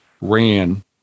ran